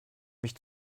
mich